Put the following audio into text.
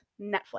Netflix